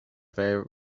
there